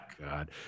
God